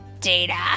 Data